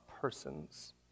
persons